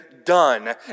Done